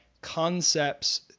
concepts